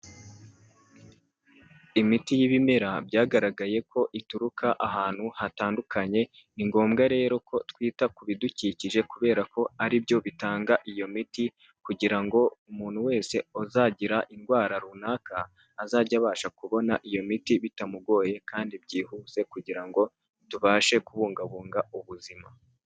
Imiti y'ibimera byagaragaye ko ituruka ahantu hatandukanye, ni ngombwa rero ko twita ku bidukikije kubera ko ari byo bitanga iyo miti, kugira ngo umuntu wese uzagira indwara runaka, azajya abasha kubona iyo miti bitamugoye kandi byihuse kugira ngo tubashe kubungabunga ubuzima.